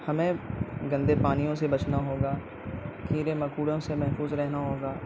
ہمیں گندے پانیوں سے بچنا ہوگا کیڑے مکوڑوں سے محفوظ رہنا ہوگا